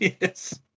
Yes